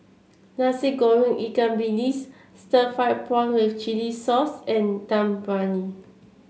Nasi Goreng Ikan Bilis Stir Fried Prawn with Chili Sauce and Dum Briyani